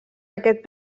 aquest